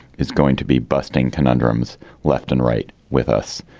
it's going to be busting conundrums left and right with us.